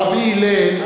המפקד שלו.